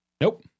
Nope